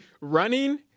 Running